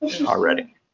already